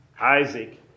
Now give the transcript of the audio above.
Isaac